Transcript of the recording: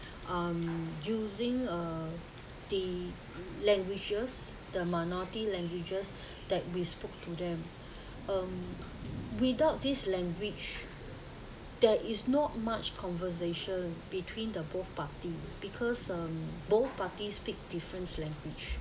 um using uh the languages the minority languages that we spoke to them um without this language there is not much conversation between the both party because um both parties speak different language